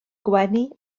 gwenu